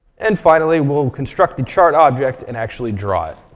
and finally, we'll construct the chart object and actually draw it.